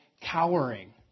cowering